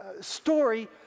story